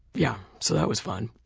yeah so that was fun.